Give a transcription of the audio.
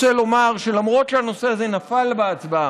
רוצה לומר שלמרות שהנושא הזה נפל בהצבעה,